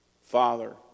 Father